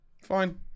Fine